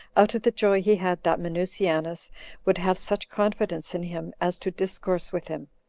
out of the joy he had that minueianus would have such confidence in him as to discourse with him.